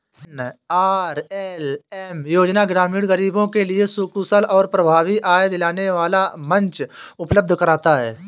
NRLM योजना ग्रामीण गरीबों के लिए कुशल और प्रभावी आय दिलाने वाला मंच उपलब्ध कराता है